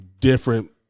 different